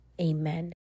amen